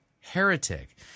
heretic